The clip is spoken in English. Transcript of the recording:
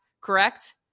correct